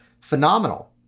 phenomenal